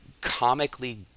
comically